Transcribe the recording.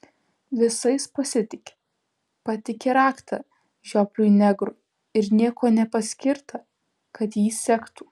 visais pasitiki patiki raktą žiopliui negrui ir nieko nepaskirta kad jį sektų